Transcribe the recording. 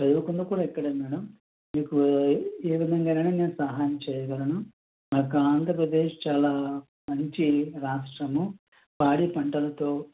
చదువుకుంది కూడా ఇక్కడే మ్యాడం మీకు ఏ విధంగానైనా నేను సహాయం చేయగలను నాకు ఆంధ్రప్రదేశ్ చాలా మంచి రాష్ట్రము పాడి పంటలతో